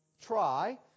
try